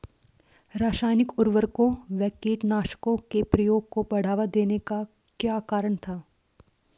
रासायनिक उर्वरकों व कीटनाशकों के प्रयोग को बढ़ावा देने का क्या कारण था?